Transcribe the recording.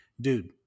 Dude